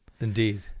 Indeed